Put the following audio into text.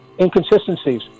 Inconsistencies